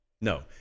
No